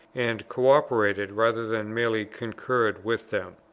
and co-operated rather than merely concurred with them.